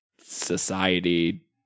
society